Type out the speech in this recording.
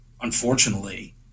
unfortunately